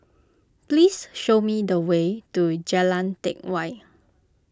please show me the way to Jalan Teck Whye